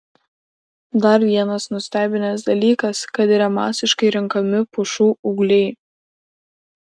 dar vienas nustebinęs dalykas kad yra masiškai renkami pušų ūgliai